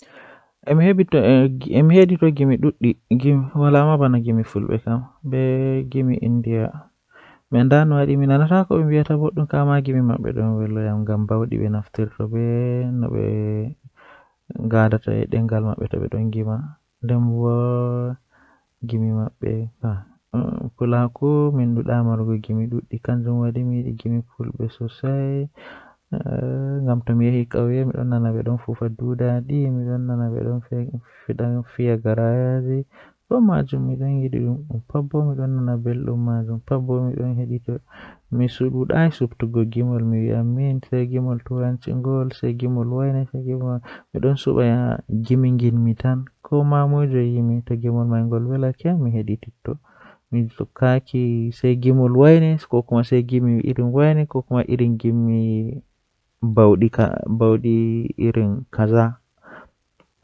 Ah ko buri welugo am wakkati mi bingel kanjum woni wakkati mi yahata jangirde be sobiraabe am, ko wadi weli am bo ngam wakkati man midon wondi be sobiraabe am min yahan mi fijo min yaha jangirde tomin ummi min wartida be mabbe wakkati man don wela mi masin.